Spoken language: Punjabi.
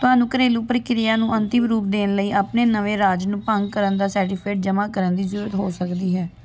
ਤੁਹਾਨੂੰ ਘਰੇਲੂ ਪ੍ਰਕਿਰਿਆ ਨੂੰ ਅੰਤਿਮ ਰੂਪ ਦੇਣ ਲਈ ਆਪਣੇ ਨਵੇਂ ਰਾਜ ਨੂੰ ਭੰਗ ਕਰਨ ਦਾ ਸਰਟੀਫਿਕੇਟ ਜਮ੍ਹਾਂ ਕਰਨ ਦੀ ਜ਼ਰੂਰਤ ਹੋ ਸਕਦੀ ਹੈ